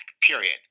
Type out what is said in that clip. period